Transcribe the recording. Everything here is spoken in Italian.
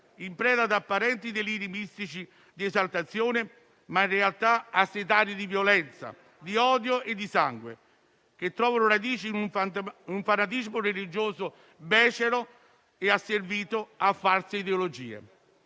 in preda ad apparenti deliri mistici di esaltazione, ma in realtà assetate di violenza, di odio e di sangue, che trovano radici in un paradiso religioso becero e asservito a false ideologie.